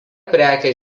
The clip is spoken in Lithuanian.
prekės